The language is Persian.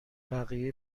بقیه